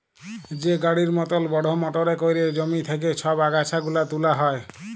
যে গাড়ির মতল বড়হ মটরে ক্যইরে জমি থ্যাইকে ছব আগাছা গুলা তুলা হ্যয়